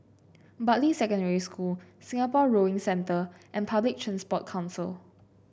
Bartley Secondary School Singapore Rowing Centre and Public Transport Council